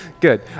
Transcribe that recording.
good